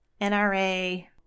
NRA